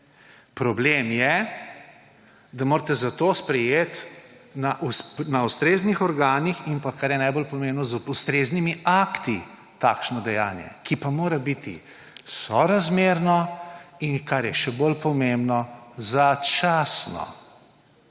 Problem je, da morate sprejeti na ustreznih organih in pa, kar je najbolj pomembno, z ustreznimi akti takšno dejanje, ki pa mora biti sorazmerno in, kar je še bolj pomembno, začasno.